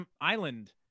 island